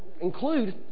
include